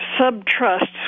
sub-trusts